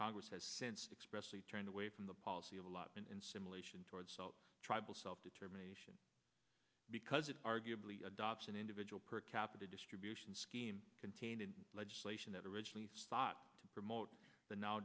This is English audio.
congress has since expressed turned away from the policy of allotment and simulation towards tribal self determination because it arguably adoption individual per capita distribution scheme contained in legislation that originally sought to promote the now